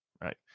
Right